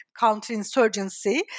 counterinsurgency